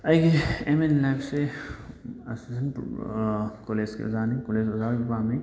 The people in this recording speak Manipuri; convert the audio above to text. ꯑꯩꯒꯤ ꯑꯦꯝ ꯏꯟ ꯂꯥꯏꯕꯁꯦ ꯑꯦꯁꯤꯁꯇꯦꯟꯠ ꯀꯣꯂꯦꯖꯀꯤ ꯑꯣꯖꯥꯅꯤ ꯀꯣꯂꯦꯖꯀꯤ ꯑꯣꯖꯥ ꯑꯣꯏꯕ ꯄꯥꯝꯃꯤ